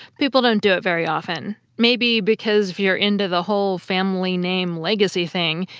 people don't do it very often, maybe because if you're into the whole family-name-legacy thing,